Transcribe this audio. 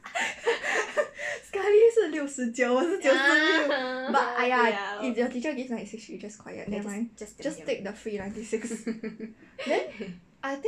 sekali 是六十九不是九十六 but !aiya! if your teacher give ninety six you just quiet never mind just take the free ninety six then I think